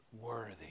worthy